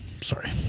Sorry